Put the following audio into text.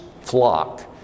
flock